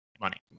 money